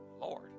Lord